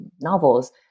novels